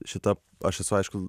šita aš esu aišku